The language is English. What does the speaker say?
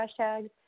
hashtags